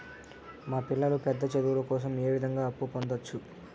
మా పిల్లలు పెద్ద చదువులు కోసం ఏ విధంగా అప్పు పొందొచ్చు?